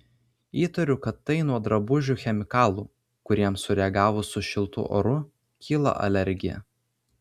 įtariu kad tai nuo drabužių chemikalų kuriems sureagavus su šiltu oru kyla alergija